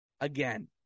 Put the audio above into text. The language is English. Again